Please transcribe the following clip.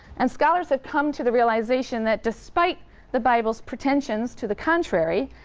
and scholars have come to the realization that despite the bible's pretensions to the contrary,